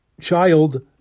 child